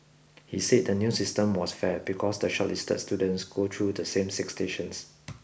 he said the new system was fair because the shortlisted students go through the same six stations